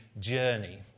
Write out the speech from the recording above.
journey